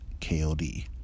KOD